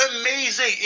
amazing